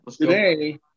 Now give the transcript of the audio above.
Today